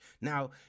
now